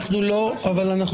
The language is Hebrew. אנחנו לא --- אדוני,